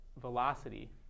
Velocity